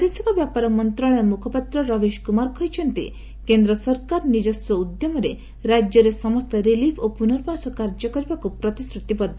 ବୈଦେଶିକ ବ୍ୟାପାର ମନ୍ତ୍ରଶାଳୟ ମୁଖପାତ୍ର ରବୀଶ କୁମାର କହିଛନ୍ତି କେନ୍ଦ୍ର ସରକାର ନିଜସ୍ୱ ଉଦ୍ୟମରେ ରାଜ୍ୟରେ ସମସ୍ତ ରିଲିଫ୍ ଓ ପୁନର୍ବାସ କାର୍ଯ୍ୟ କରିବାକୁ ପ୍ରତିଶ୍ରତିବଦ୍ଧ